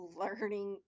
learning